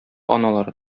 аналары